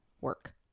work